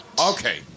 Okay